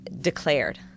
declared